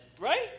Right